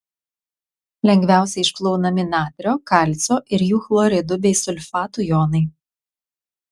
lengviausiai išplaunami natrio kalcio ir jų chloridų bei sulfatų jonai